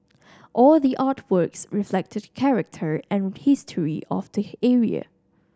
all the artworks reflect the character and history of the area